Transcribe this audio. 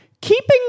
keeping